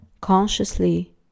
consciously